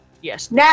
Yes